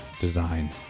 design